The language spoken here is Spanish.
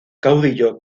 caudillo